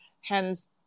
Hence